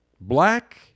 black